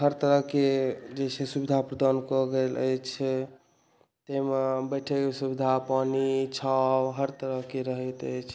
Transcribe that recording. हर तरहके जे छै सुबिधा प्रदान कयल गेल अछि जाहिमे बैठै के सुबिधा पानि छाँव हर तरहके रहैत अछि